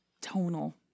tonal